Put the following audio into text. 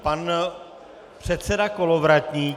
Pan předseda Kolovratník.